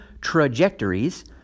trajectories